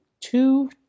two